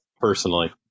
personally